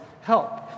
help